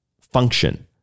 function